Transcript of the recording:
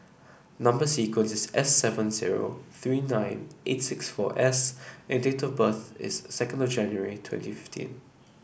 number sequence is S seven zero three nine eight six four S and date of birth is second January twenty fifteen